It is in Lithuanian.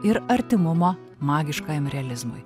ir artimumo magiškajam realizmui